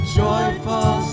joyful